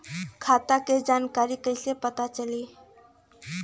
खाता के जानकारी कइसे पता चली?